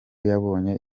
yabonye